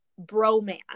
bromance